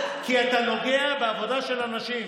כי אתה נוגע בעבודה של אנשים.